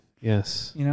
yes